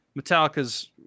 Metallica's